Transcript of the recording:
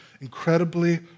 incredibly